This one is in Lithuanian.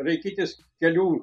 laikytis kelių